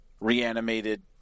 reanimated